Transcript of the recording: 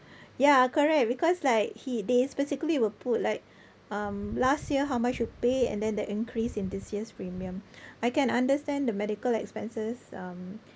ya correct because like he they specifically will put like um last year how much you pay and then the increase in this year's premium I can understand the medical expenses um